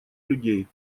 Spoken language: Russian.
людей